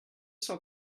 cent